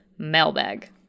mailbag